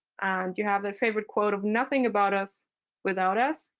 you have that favorite quote of, nothing about us without us.